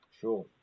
Sure